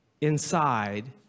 inside